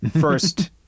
first